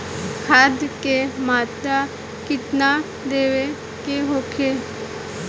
खाध के मात्रा केतना देवे के होखे?